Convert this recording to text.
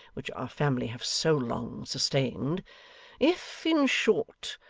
which our family have so long sustained if, in short,